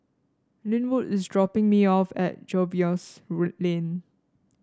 Linwood is dropping me off at Jervois Lane